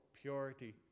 purity